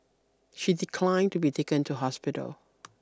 she declined to be taken to hospital